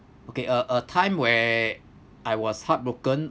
okay a a time where I was heartbroken